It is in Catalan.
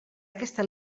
aquesta